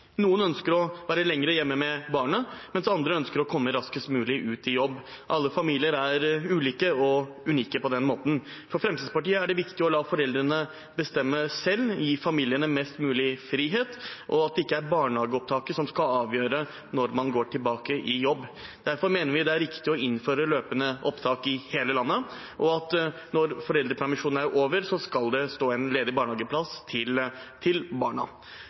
Noen ønsker å være lenger hjemme med barnet, mens andre ønsker å komme raskest mulig ut i jobb. Alle familier er ulike og unike på den måten. For Fremskrittspartiet er det viktig å la foreldrene bestemme selv og gi familiene mest mulig frihet, og at det ikke er barnehageopptaket som skal avgjøre når man går tilbake i jobb. Derfor mener vi det er riktig å innføre løpende opptak i hele landet, og at når foreldrepermisjonen er over, skal det stå en ledig barnehageplass klar til barna.